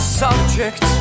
subject